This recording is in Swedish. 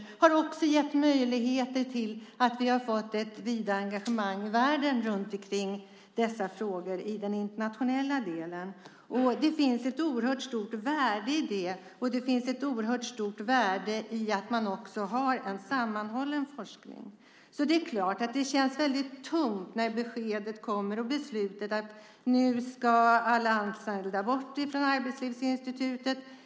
Det har också gett möjlighet till ett vidare engagemang kring dessa frågor internationellt. Det finns ett oerhört stort värde i det. Det finns också ett stort värde i att man har en sammanhållen forskning. Det känns väldigt tungt när beskedet och beslutet kommer att alla anställda ska bort från Arbetslivsinstitutet.